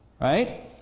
Right